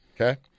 Okay